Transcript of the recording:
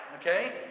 Okay